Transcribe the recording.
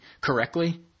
correctly